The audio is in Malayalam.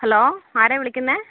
ഹലോ ആരാണ് വിളിക്കുന്നത്